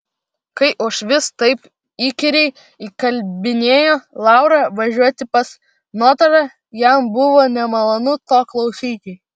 kai uošvis taip įkyriai įkalbinėjo laurą važiuoti pas notarą jam buvo nemalonu to klausyti